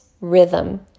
rhythm